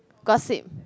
gossip